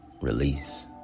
release